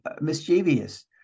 mischievous